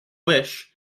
wish